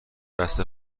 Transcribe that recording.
بسته